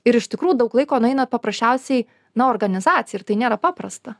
ir iš tikrų daug laiko nueina paprasčiausiai na organizacijai ir tai nėra paprasta